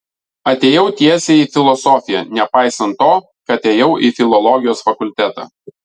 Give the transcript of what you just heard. atėjau tiesiai į filosofiją nepaisant to kad ėjau į filologijos fakultetą